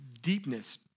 deepness